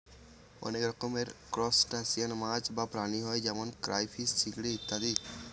অনেক রকমের ত্রুসটাসিয়ান মাছ বা প্রাণী হয় যেমন ক্রাইফিষ, চিংড়ি ইত্যাদি